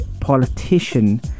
politician